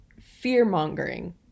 fear-mongering